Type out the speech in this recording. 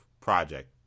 project